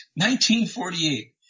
1948